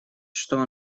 что